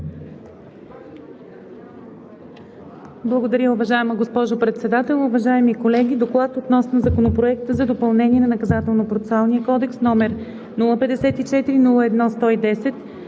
Благодаря, уважаема госпожо Председател. Уважаеми колеги! „Доклад относно Законопроект за допълнение на Наказателно процесуалния кодекс, № 054–01-110,